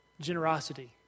generosity